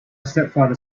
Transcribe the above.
stepfather